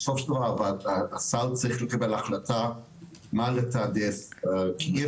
בסופו של דבר וועדת הסל צריכה לקבל החלטה מה לתעדף כי אי